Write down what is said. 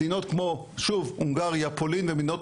מדינות כמו שוב הונגריה פולין ומדינות